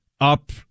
up